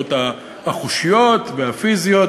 המוגבלויות החושיות והפיזיות,